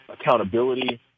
accountability